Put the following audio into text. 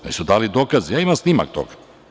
Oni su dali dokaz i imam snimak toga.